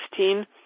2016